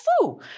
Fu